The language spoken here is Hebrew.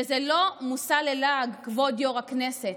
וזה לא מושא ללעג, כבוד יו"ר הישיבה.